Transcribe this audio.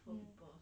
mm